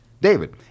David